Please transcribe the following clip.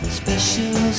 special